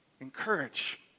encourage